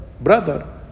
brother